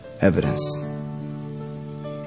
evidence